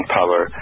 power